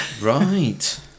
right